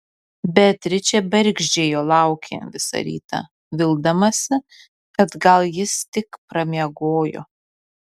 beatričė bergždžiai jo laukė visą rytą vildamasi kad gal jis tik pramiegojo